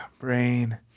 brain